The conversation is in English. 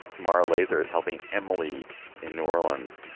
mara lazar is helping emily in new orleans.